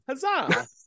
huzzah